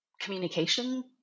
communication